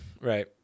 right